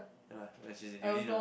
ya lah like she's in uni now